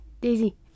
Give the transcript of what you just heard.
Daisy